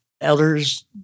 elders